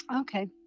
Okay